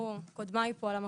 לא פיגועי טרור ולא תאונות דרכים.